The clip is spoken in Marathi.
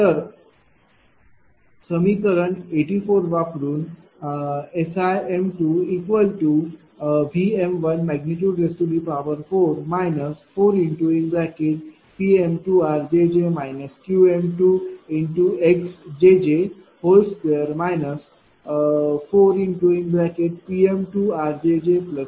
तर समीकरण 84 वापरुन SIm2।V।4 4Pm2rjj Qm2xjj2 4Pm2rjjQm2xjj।V।2आहे